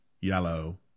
yellow